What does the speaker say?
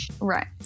right